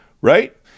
right